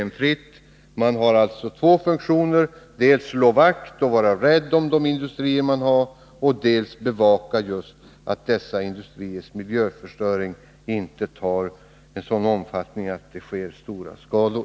Man har alltså två funktioner, dels att slå vakt om industrier, dels att bevaka att dessa industriers miljöförstöring inte får sådan omfattning att den medför stora skador.